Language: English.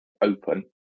open